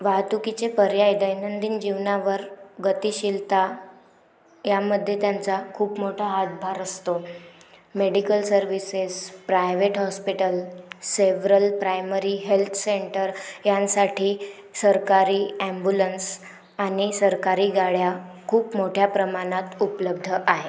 वाहतुकीचे पर्याय दैनंदिन जीवनावर गतिशीलता यामध्ये त्यांचा खूप मोठा हातभार असतो medical services private hospital several primary health centre यांसाठी सरकारी अॅम्ब्युलन्स आणि सरकारी गाड्या खूप मोठ्या प्रमाणात उपलब्ध आहे